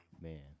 Man